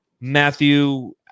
Matthew